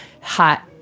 Hot